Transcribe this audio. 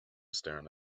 staring